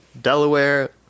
Delaware